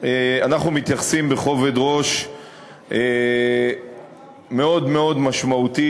אנחנו מתייחסים בכובד ראש מאוד מאוד משמעותי